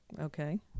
Okay